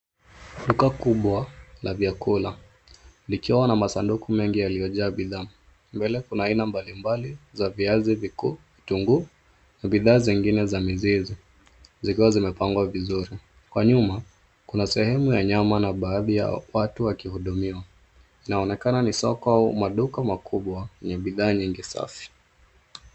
Duka kubwa la vyakula likiwa na masanduku mengi yaliyojaa bidhaa. Mbele kuna aina mbalimbali ya viazi vikuu, vitunguu na bidhaa nyingine ya mizizi zikiwa zimepangwa vizuri. Kwa nyuma, kuna sehemu ya nyama na baadhi ya watu wakihudumiwa. Inaonekana ni soko au makubwa makubwa yenye bidhaa nyingi Safi.